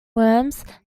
worms